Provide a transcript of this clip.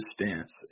stance